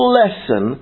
lesson